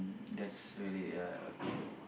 that's really uh okay